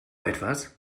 etwas